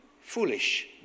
foolish